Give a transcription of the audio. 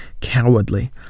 cowardly